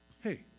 hey